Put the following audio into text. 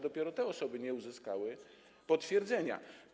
Dopiero te osoby nie uzyskały potwierdzenia.